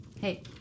Hey